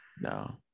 no